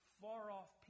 far-off